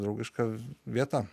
draugiška vieta